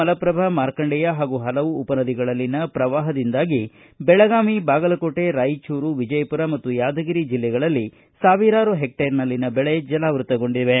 ಮಲಪ್ರಭಾ ಮಾರ್ಕಂಡೇಯ ಹಾಗೂ ಹಲವು ಉಪನದಿಗಳಲ್ಲಿನ ಪ್ರವಾಹದಿಂದಾಗಿ ಬೆಳಗಾವಿ ಬಾಗಲಕೋಟೆ ರಾಯಚೂರು ವಿಜಯಪುರ ಮತ್ತು ಯಾದಗಿರಿ ಜಿಲ್ಲೆಗಳಲ್ಲಿ ಸಾವಿರಾರು ಹೆಕ್ಟೇರ್ನಲ್ಲಿನ ಬೆಳೆ ಜಲಾವೃತಗೊಂಡಿವೆ